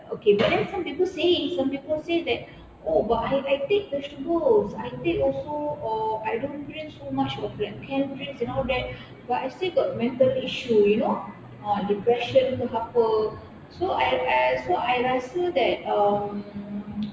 okay but then some people say some people say that uh but I I take vegetables I take also uh I don't drink too much of like canned drinks and all that but I still got mental issue you know ah depression ke apa so I I so I rasa that um